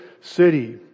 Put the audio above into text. city